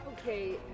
okay